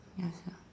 ya ya